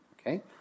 Okay